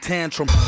Tantrum